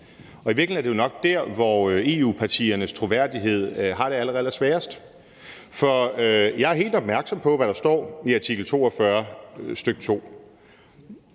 Og i virkeligheden er det jo nok der, EU-partiernes troværdighed har det allersværest. For jeg er helt opmærksom på, hvad der står i artikel 42, stk. 2